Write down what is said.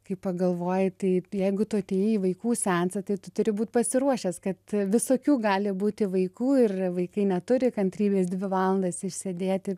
kai pagalvoji tai jeigu tu atėjai į vaikų seansą tai tu turi būt pasiruošęs kad visokių gali būti vaikų ir vaikai neturi kantrybės dvi valandas išsėdėti